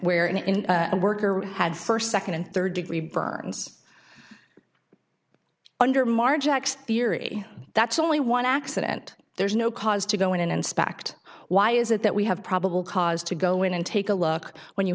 where in a worker had first second and third degree burns under margin x theory that's only one accident there's no cause to go in and inspect why is it that we have probable cause to go in and take a look when you